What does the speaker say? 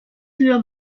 für